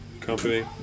company